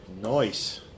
Nice